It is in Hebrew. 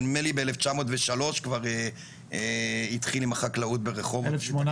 שנדמה לי ב-1903 התחיל עם החקלאות ברחובות.